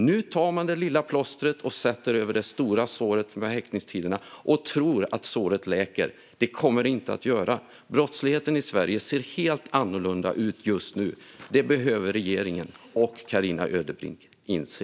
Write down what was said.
Nu tar man det lilla plåstret och sätter över det stora såret - häktningstiderna - och tror att såret läker. Det kommer det inte att göra. Brottsligheten i Sverige ser helt annorlunda ut just nu. Det behöver regeringen och Carina Ödebrink inse.